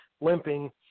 limping